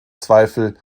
zweifel